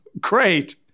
Great